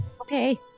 Okay